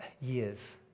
years